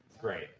great